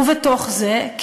ובתוך זה,